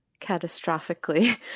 catastrophically